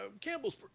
Campbell's